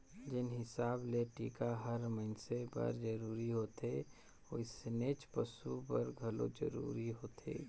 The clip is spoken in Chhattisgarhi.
जेन हिसाब ले टिका हर मइनसे बर जरूरी होथे वइसनेच पसु बर घलो जरूरी होथे